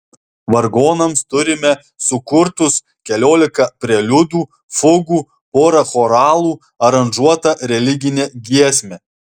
vargonams turime sukurtus keliolika preliudų fugų porą choralų aranžuotą religinę giesmę